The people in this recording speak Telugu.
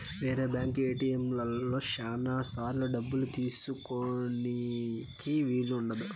వేరే బ్యాంక్ ఏటిఎంలలో శ్యానా సార్లు డబ్బు తీసుకోనీకి వీలు ఉండదు